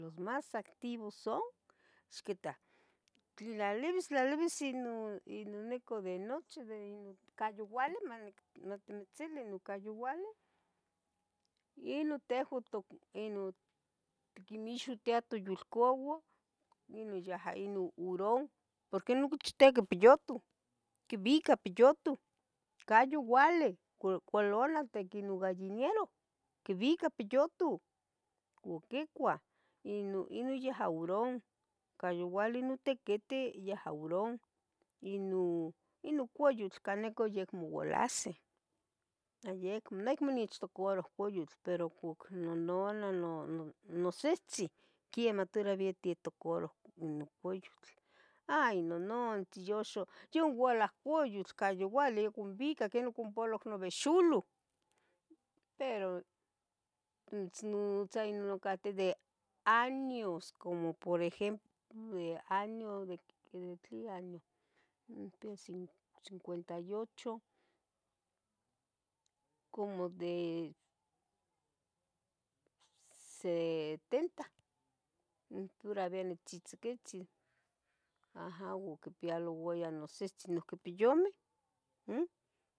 Los mas activos son, ixquita, tlalibis tlalibis inon inon único de nochi de ca youaleh manimitzilui de ca youaleh ino tehu ino tquimixmatiah toyulcau ino yaha hurón, porque ino quichtequi piyutoh, quibica piyutoh ca youale cualana itic nogallinelo quibica piyutoh oquicua inon yaha hurón, ca youale non notiquiti yaha hurón, ino ino cueyotl canaco yeh acmo ualaseh ma yec neha acmo onechtocaroh Coyotl, pero cuac nononah, no- no- nosihtzih quemah toravia tetocaro non coyotl, hay nonantzin yoxo youalah coyotl, ca youale yoconbicac yonoconpoloh nobexoloh, pero mitznonotza yah cateh de años como por ejemplo de tle año nipia cinc- cincuenta y ocho como de setenta umm toravia nitzotziquitzin aha iquipialouaya nosihtzi noiuqui piyumeh umm